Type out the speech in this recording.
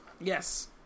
Yes